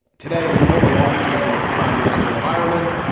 today, in an oval office meeting with the prime minister of ireland,